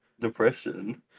Depression